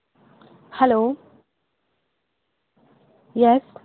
hello yes